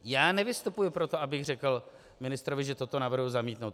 Já nevystupuji proto, abych řekl ministrovi, že toto navrhuji zamítnout.